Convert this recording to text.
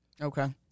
Okay